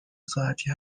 ساعتی